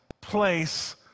place